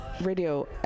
Radio